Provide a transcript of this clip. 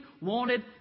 wanted